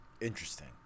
Interesting